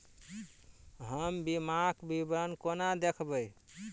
हम बीमाक विवरण कोना देखबै?